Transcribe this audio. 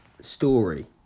story